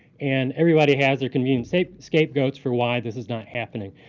and everybody has their convenient scapegoats for why this is not happening.